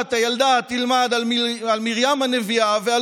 רצו שהילדה תלמד על מרים הנביאה ועל